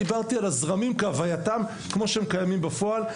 דיברתי על הזרמים כהווייתם כמו שהם קיימים בפועל.